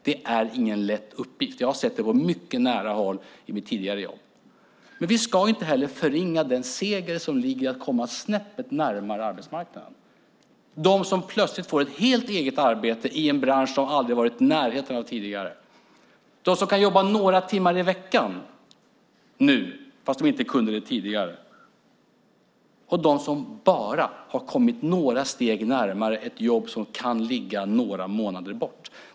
Det är ingen lätt uppgift. Jag har sett det på mycket nära håll i mitt tidigare jobb. Men vi ska inte heller förringa den seger som ligger i att komma snäppet närmare arbetsmarknaden. Det gäller dem som plötsligt får ett helt eget arbete i en bransch som de aldrig har varit i närheten av tidigare. Det gäller dem som kan jobba några timmar i veckan nu fast de inte kunde det tidigare. Och det gäller dem som bara har kommit några steg närmare ett jobb som kan ligga några månader bort.